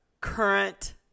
current